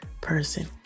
person